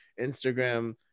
Instagram